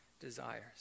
desires